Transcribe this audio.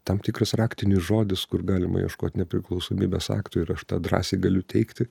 tam tikras raktinis žodis kur galima ieškot nepriklausomybės akto ir aš tą drąsiai galiu teigti